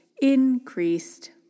increased